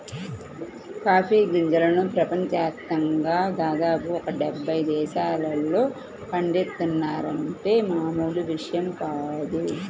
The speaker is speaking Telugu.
కాఫీ గింజలను ప్రపంచ యాప్తంగా దాదాపు ఒక డెబ్బై దేశాల్లో పండిత్తున్నారంటే మామూలు విషయం కాదు